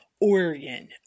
Oregon